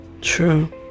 true